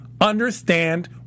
understand